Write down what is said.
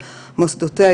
מוסדותיה,